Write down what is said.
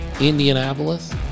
Indianapolis